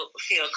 feel